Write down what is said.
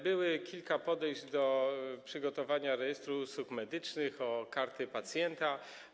Było kilka podejść do przygotowania rejestru usług medycznych, karty pacjenta.